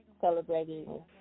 celebrating